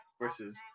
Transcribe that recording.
versus